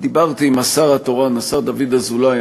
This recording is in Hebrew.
דיברתי עם השר התורן, השר דוד אזולאי.